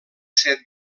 set